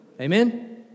Amen